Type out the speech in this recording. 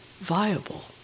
viable